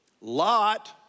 Lot